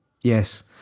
Yes